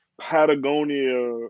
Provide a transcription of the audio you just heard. Patagonia